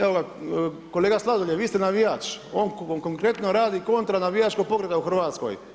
Evo, ga kolega Sladoljev, vi ste navijač, on konkretno radi kontra navijačkog pokreta u Hrvatskoj.